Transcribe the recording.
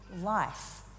life